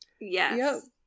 Yes